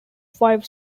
five